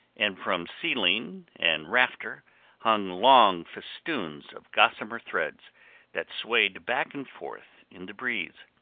and from ceiling and rafter hung long festoons of gossamer threads that swayed back and forth in the breeze.